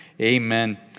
Amen